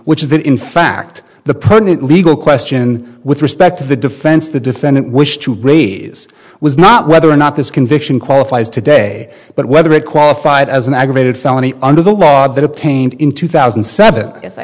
which is that in fact the prudent legal question with respect to the defense the defendant wish to raise was not whether or not this conviction qualifies today but whether it qualified as an aggravated felony under the law changed in two thousand and seven as i